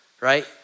Right